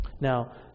now